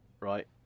right